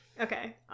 Okay